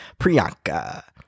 Priyanka